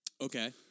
Okay